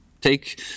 Take